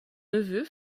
neveu